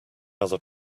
other